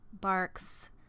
Bark's